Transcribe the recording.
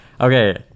Okay